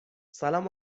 سلام